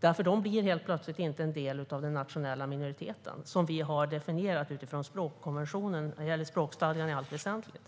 De blir nämligen helt plötsligt inte en del av den nationella minoriteten, som vi har definierat utifrån språkkonventionen och när det gäller språkstadgan i allt väsentligt.